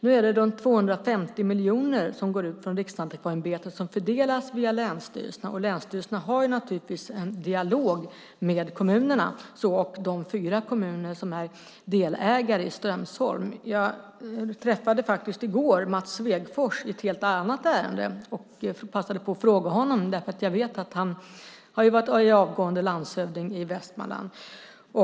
Nu är det runt 250 miljoner som går ut från Riksantikvarieämbetet och som fördelas via länsstyrelserna, och länsstyrelserna har naturligtvis en dialog med kommunerna, så ock de fyra kommuner som är delägare i Strömsholm. Jag träffade faktiskt i går Mats Svegfors i ett helt annat ärende, och passade på att fråga honom därför att jag vet att han är avgående landshövding i Västmanland.